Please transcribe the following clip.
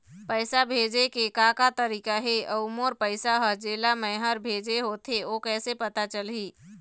पैसा भेजे के का का तरीका हे अऊ मोर पैसा हर जेला मैं हर भेजे होथे ओ कैसे पता चलही?